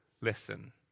listen